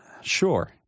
Sure